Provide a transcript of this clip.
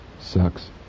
sucks